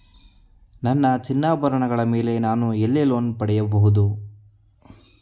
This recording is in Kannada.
ನನ್ನ ಚಿನ್ನಾಭರಣಗಳ ಮೇಲೆ ನಾನು ಎಲ್ಲಿ ಲೋನ್ ಪಡೆಯಬಹುದು?